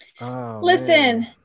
Listen